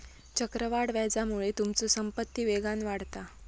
चक्रवाढ व्याजामुळे तुमचो संपत्ती वेगान वाढता